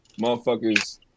motherfuckers